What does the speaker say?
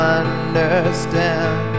understand